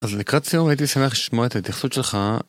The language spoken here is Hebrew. אז לקראת סיום הייתי שמח לשמוע את התייחסות שלך